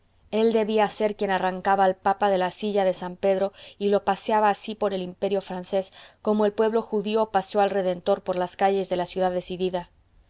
él debía de ser quien arrancaba al papa de la silla de san pedro y lo paseaba así por el imperio francés como el pueblo judío paseó al redentor por las calles de la ciudad deicida